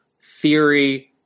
theory